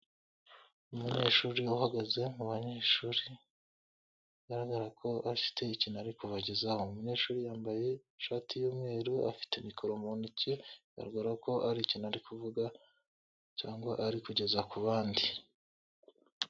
Umunyeshuri uhagaze mu banyeshuri bigaragara ko afite ikintu ari kubagezaho, umunyeshuri yambaye ishati y'umweru afite mikoro mu ntoki bigaragara ko ari ikintu ari kuvuga cyangwa ari kugeza ku bandi.